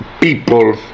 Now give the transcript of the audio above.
people